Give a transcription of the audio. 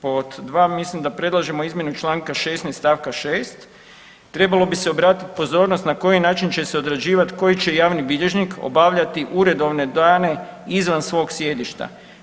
Pod dva mislim da predlažemo izmjenu čl. 16. st. 6., trebalo bi se obratit pozornost na koji način će se odrađivat koji će javni bilježnik obavljati uredovne dane izvan svog sjedišta.